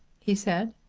he said.